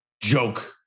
Joke